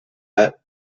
met